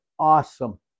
Awesome